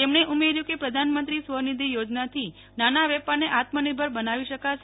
તેમણે ઉમેર્યું કે પ્રધાનમંત્રી સ્વનિધિ યોજનાથી નાના વેપારને આત્મનિર્ભર બનાવી શકાશે